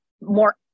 more